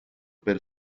per